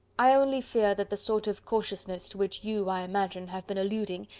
i only fear that the sort of cautiousness to which you, i imagine, have been alluding,